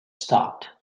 stopped